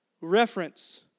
reference